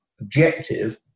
objective